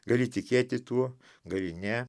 gali tikėti tuo garine